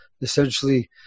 essentially